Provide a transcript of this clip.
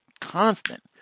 constant